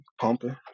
Pumping